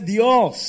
Dios